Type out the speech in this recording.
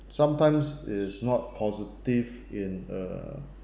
sometimes it is not positive in a